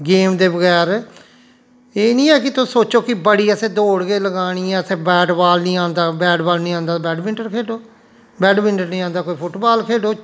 game दे बगैर एह् नी ऐ कि तुस सोचो कि बड़ी असें दौड़ गै लगानी असें बैट बाल नी आंदा बैट बाल नी आंदा ते बैड मिनटन खेढो बैड मिनटन नी आंदा ते कोई फुट बाल खेढो